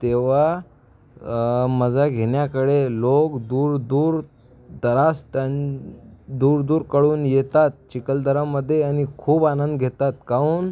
तेव्हा मजा घेण्याकडे लोग दूरदूर दरास्त आणि दूरदूरकडून येतात चिखलदरामध्ये आणि खूप आनंद घेतात काऊन